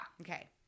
okay